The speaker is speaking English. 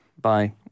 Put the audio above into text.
Bye